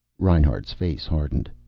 reinhart's face hardened.